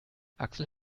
axel